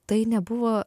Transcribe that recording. tai nebuvo